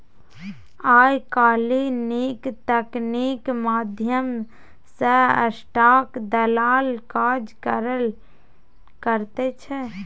आय काल्हि नीक तकनीकीक माध्यम सँ स्टाक दलाल काज करल करैत छै